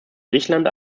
griechenland